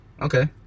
Okay